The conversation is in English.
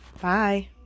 Bye